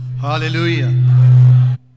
hallelujah